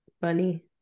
Funny